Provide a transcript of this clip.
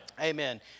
Amen